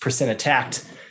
attacked